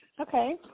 Okay